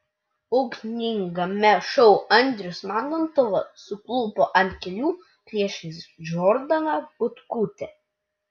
ugningame šou andrius mamontovas suklupo ant kelių priešais džordaną butkutę